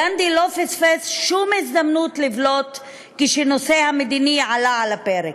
גנדי לא פספס שום הזדמנות לבלוט כשהנושא המדיני עלה על הפרק: